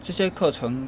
这些课程